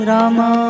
Rama